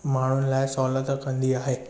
माण्हुनि लाइ सहुलियत कंदी आहे